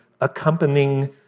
accompanying